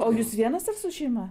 o jūs vienas ar su šeima